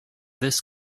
this